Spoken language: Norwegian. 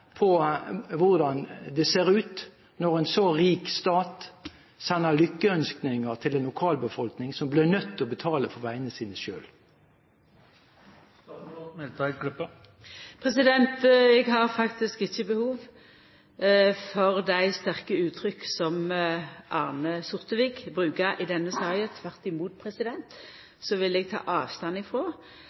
på hvordan det ser ut når en så rik stat sender lykkønskninger til en lokalbefolkning som blir nødt til å betale for veiene sine selv. Eg har faktisk ikkje behov for dei sterke uttrykka som Arne Sortevik bruker i denne saka. Tvert imot vil eg ta avstand